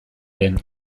den